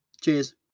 Cheers